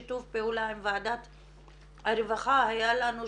יש לה ציפיות ויש לה ציפיות במיוחד ממי שהיא רואה אצלם את